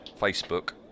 facebook